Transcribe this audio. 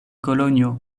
kolonjo